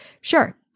Sure